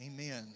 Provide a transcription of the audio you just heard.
Amen